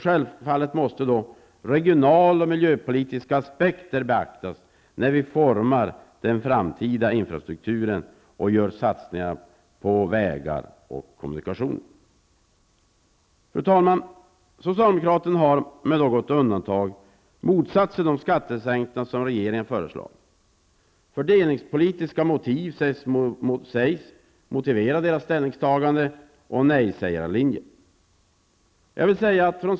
Självfallet måste de regional och miljöpolitiska aspekterna beaktas. När vi formar den framtida infrastrukturen och gör satsningarna på vägar och kommunikationer. Fru talman! Socialdemokraterna har, med något undantag, motsatt sig de skattesänkningar som regeringen föreslagit. Fördelningspolitiska motiv sägs motivera deras ställningstagande och nejsägar-linje.